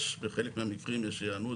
יש בחלק מהמקרים היענות,